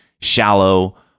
shallow